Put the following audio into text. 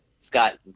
Scott